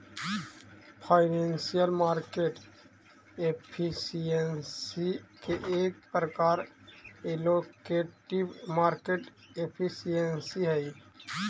financial market efficiency के एक प्रकार एलोकेटिव मार्केट एफिशिएंसी हई